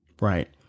right